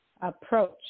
approach